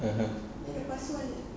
(uh huh)